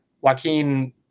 Joaquin